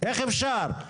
איך אפשר?